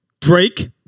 Drake